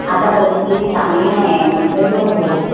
आता परिस्थिती चांगली नाही नंतर बघू